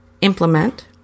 implement